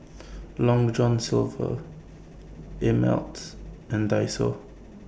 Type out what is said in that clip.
Long John Silver Ameltz and Daiso